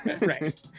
Right